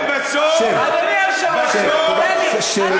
אדוני היושב-ראש, שב, שב.